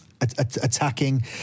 attacking